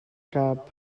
cap